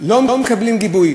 לא מקבלים גיבוי.